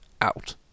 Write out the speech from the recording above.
out